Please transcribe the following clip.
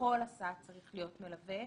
שבכל הסעה צריך להיות מלווה,